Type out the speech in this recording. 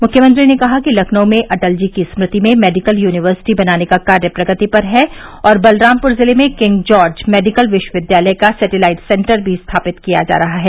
मुख्यमंत्री ने कहा कि लखनऊ में अटल जी की स्मृति में मेडिकल युनिवर्सिटी बनाने का कार्य प्रगति पर है और बलरामपुर जिले में किंग जार्ज मेडिकल विश्वविद्यालय का सेटेलाइट सेन्टर भी स्थापित किया जा रहा है